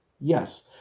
Yes